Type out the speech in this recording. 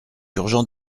urgent